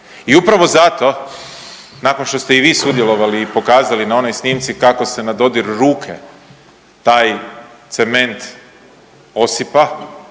I upravo zato nakon što ste i vi sudjelovali i pokazali na onoj snimci kako se na dodir ruke taj cement osipa,